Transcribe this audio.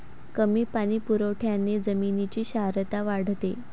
कमी पाणी पुरवठ्याने जमिनीची क्षारता वाढते